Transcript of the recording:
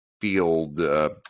field